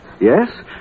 Yes